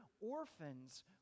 orphans